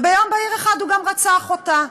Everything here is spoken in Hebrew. וביום בהיר אחד הוא גם רצח אותה,